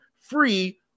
free